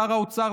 לשר האוצר,